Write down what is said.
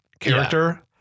character